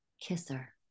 kisser